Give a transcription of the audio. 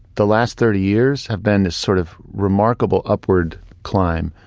the last thirty years have been this sort of remarkable upward climb,